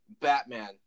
Batman